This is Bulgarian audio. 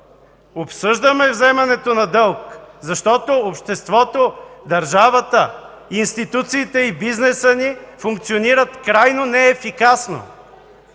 обсъждаме вземането на дълг, защото обществото, държавата, институциите и бизнесът ни функционират крайно неефикасно.